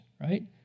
right